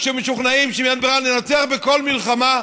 שמשוכנעים שאם אין ברירה ננצח בכל מלחמה,